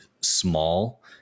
small